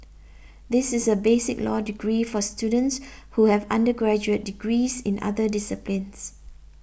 this is a basic law degree for students who have undergraduate degrees in other disciplines